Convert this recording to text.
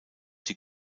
die